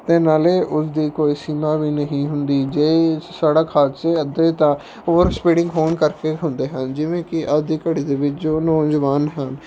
ਅਤੇ ਨਾਲੇ ਉਸਦੀ ਕੋਈ ਸੀਮਾ ਵੀ ਨਹੀਂ ਹੁੰਦੀ ਜੇ ਸੜਕ ਹਾਦਸੇ ਅੱਧੇ ਤਾਂ ਓਵਰ ਸਪੀਡਿੰਗ ਹੋਣ ਕਰਕੇ ਹੁੰਦੇ ਹਨ ਜਿਵੇਂ ਕਿ ਅੱਜ ਦੀ ਘੜੀ ਦੇ ਵਿੱਚ ਜੋ ਨੌਜਵਾਨ ਹਨ